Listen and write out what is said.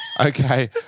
Okay